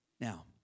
Now